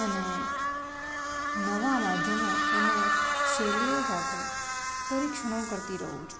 અને નવા માધ્યમો અને શૈલીઓ સાથે પરીક્ષણો કરતી રહું